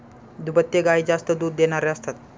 दुभत्या गायी जास्त दूध देणाऱ्या असतात